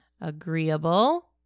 Agreeable